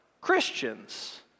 Christians